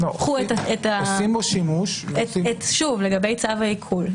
עושים בו שימוש לגבי צווי עיקול,